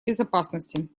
безопасности